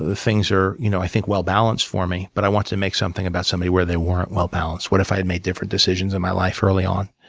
things are, you know i think, well-balanced for me. but i wanted to make something about somebody where they weren't well balanced. what if i had made different decisions in my life early on?